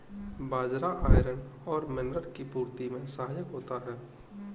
बाजरा iron और mineral की पूर्ति में सहायक होता है